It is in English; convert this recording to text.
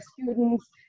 students